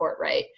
Courtright